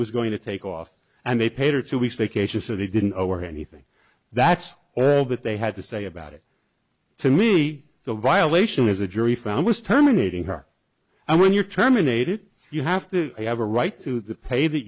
was going to take off and they paid or two weeks vacation so they didn't owe or anything that's all that they had to say about it to me the violation as a jury found was terminating her and when you're terminated you have to have a right to the pay that